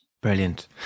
Brilliant